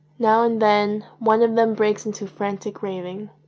now and then one of them breaks into frantic raving.